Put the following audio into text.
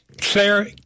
Claire